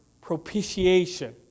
propitiation